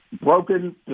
broken